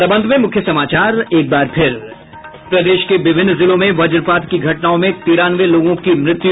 और अब अंत में मुख्य समाचार एक बार फिर प्रदेश के विभिन्न जिलों में वज्रपात की घटनाओं में तिरानवे लोगों की मृत्यु